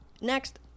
next